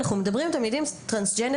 אנחנו מדברים על תלמידים טרנסג'נדרים,